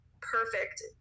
perfect